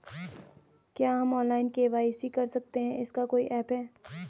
क्या हम online KYC कर सकते हैं इसका कोई ऐप है?